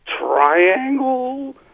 triangle